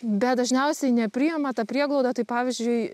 bet dažniausiai nepriima ta prieglauda tai pavyzdžiui